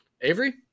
Avery